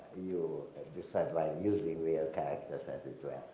you decide why using real characters as is